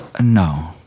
No